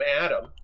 Adam